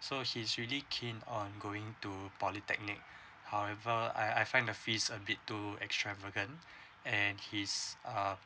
so she's really keen on going to polytechnic however I I find the fees a bit too extravagant and he's uh